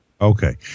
Okay